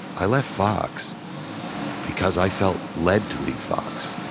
i left fox because i felt led to leave fox.